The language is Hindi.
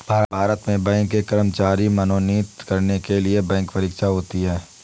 भारत में बैंक के कर्मचारी मनोनीत करने के लिए बैंक परीक्षा होती है